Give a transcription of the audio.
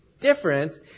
difference